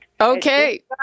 Okay